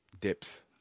depth